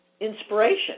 inspiration